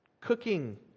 cooking